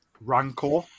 Rancor